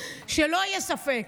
שלא יהיה ספק,